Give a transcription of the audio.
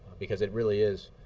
because it really is